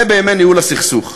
זה בימי ניהול הסכסוך.